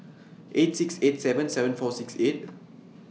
eight six eight seven seven four six eight